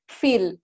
feel